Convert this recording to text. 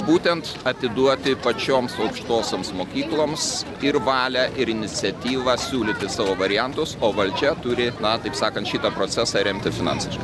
būtent atiduoti pačioms aukštosioms mokykloms ir valią ir iniciatyvą siūlyti savo variantus o valdžia turi na taip sakant šitą procesą remti finansiškai